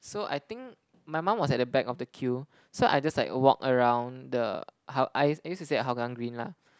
so I think my mum was at the back of the queue so I just like walk around the how~ I I used to stay at Hougang Green lah